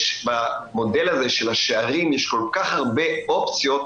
יש במודל הזה של ה'שערים' כל כך הרבה אופציות.